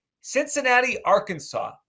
Cincinnati-Arkansas